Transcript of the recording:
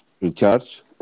recharge